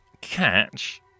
catch